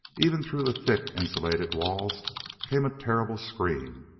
even through the thick insulated walls came a terrible scream.